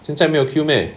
现在没有 queue meh